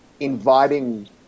inviting